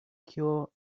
cure